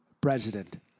president